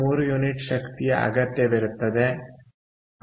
3 unit ಶಕ್ತಿಯ ಅಗತ್ಯವಿರುತ್ತದೆ